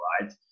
right